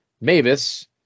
Mavis